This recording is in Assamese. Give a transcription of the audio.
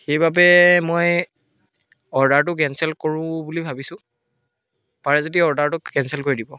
সেইবাবে মই অৰ্ডাৰটো কেঞ্চেল কৰো বুলি ভাবিছোঁ পাৰে যদি অৰ্ডাৰটো কেঞ্চেল কৰি দিব